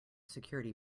security